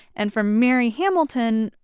and for mary hamilton,